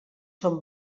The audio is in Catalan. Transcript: són